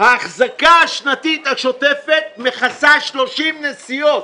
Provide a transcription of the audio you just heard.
האחזקה השנתית השוטפת מכסה 30 נסיעות.